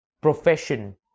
profession